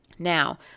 Now